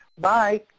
bye